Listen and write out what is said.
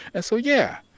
ah so yeah,